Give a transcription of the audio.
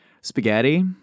Spaghetti